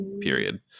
period